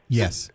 yes